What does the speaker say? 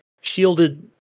shielded